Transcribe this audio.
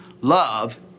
Love